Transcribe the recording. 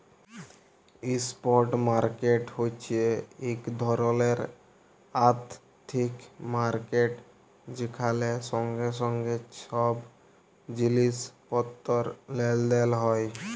spot market হছে ইক ধরলের আথ্থিক মার্কেট যেখালে সঙ্গে সঙ্গে ছব জিলিস পত্তর লেলদেল হ্যয়